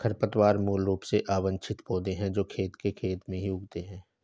खरपतवार मूल रूप से अवांछित पौधे हैं जो खेत के खेत में उगते हैं